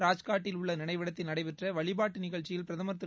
ராஜ்காட்டில் உள்ள நினைவிடத்தில் நடைபெற்ற வழிபாட்டு நிகழ்ச்சியில் பிரதமர் திரு